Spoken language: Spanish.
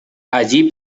allí